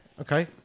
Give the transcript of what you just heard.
okay